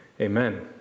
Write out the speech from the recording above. amen